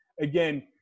again